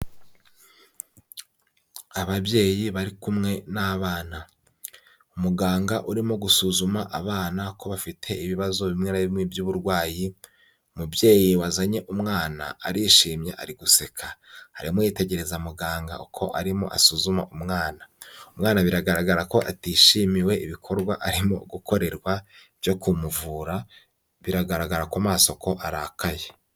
Ababyeyi bari kumwe n'abana. Muganga urimo gusuzuma abana ko bafite ibibazo bimwe na bimwe by'uburwayi, umubyeyi wazanye umwana arishimye ari guseka. Arimo yitegereza muganga uko arimo asuzuma umwana. Umwana biragaragara ko atishimiye ibikorwa arimo gukorerwa byo kumuvura, biragaragara ku maso ko arakaye.